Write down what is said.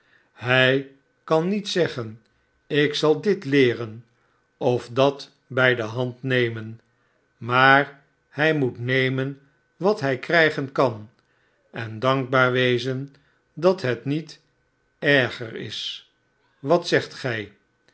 hij kan niet zeggen ik zal dit leeren of dat bij de hand nemen maar hij moet nemen wat hij krijgen kan en dankbaar wezen dat het niet erger is wat zegt gij